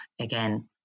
again